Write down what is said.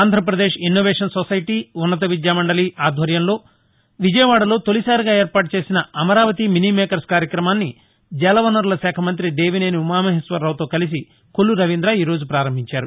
Andhra Pradesh innovation society ఉన్నతవిద్యామండలి ఆధ్వర్యంలో విజయవాడలో తొలిసారిగా ఏర్పాటుచేసిన అమరావతి మినీమేకర్స్ కార్యక్రమాన్ని జలవనరులశాఖ మంత్రి దేవినేని ఉమామహేశ్వరరావుతో కలిసి కొల్ల రవీంద్ర ఈరోజు ప్రారంభించారు